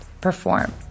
perform